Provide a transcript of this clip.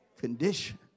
condition